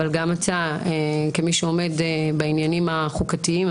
אבל גם אתה כמי שעומד בעניינים החוקתיים,